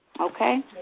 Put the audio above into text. Okay